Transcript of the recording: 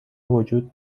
وجود